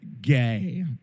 gay